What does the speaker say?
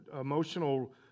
emotional